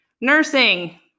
nursing